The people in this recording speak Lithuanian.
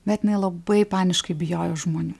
bet jinai labai paniškai bijojo žmonių